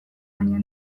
baina